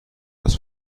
das